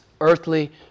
Earthly